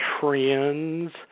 trends